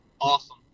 awesome